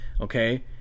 okay